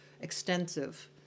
extensive